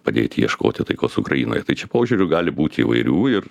padėti ieškoti taikos ukrainoje tai čia požiūrių gali būti įvairių ir